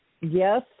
Yes